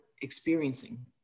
experiencing